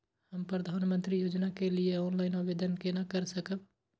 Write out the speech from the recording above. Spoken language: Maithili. हम प्रधानमंत्री योजना के लिए ऑनलाइन आवेदन केना कर सकब?